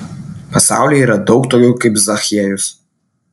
pasaulyje yra daug tokių kaip zachiejus